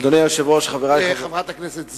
אדוני היושב-ראש, חברי חברי הכנסת,